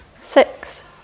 six